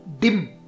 dim